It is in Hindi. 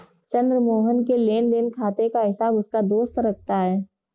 चंद्र मोहन के लेनदेन खाते का हिसाब उसका दोस्त रखता है